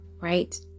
Right